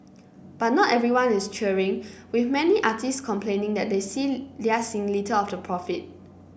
but not everyone is cheering with many artists complaining that they seen they are seeing little of the profit